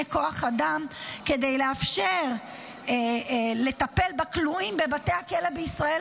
כוח אדם כדי לאפשר לטפל בכלואים בבתי הכלא בישראל,